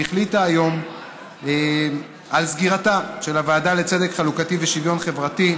שהחליטה היום על סגירתה של הוועדה לצדק חלוקתי ושוויון חברתי,